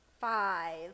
five